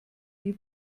die